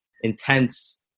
intense